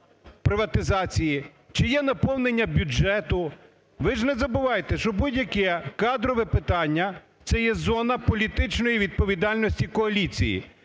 чи є наповнення бюджету? Ви ж не забувайте, що будь-яке кадрове питання – це є зона політичної відповідальності коаліції.